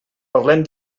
parlem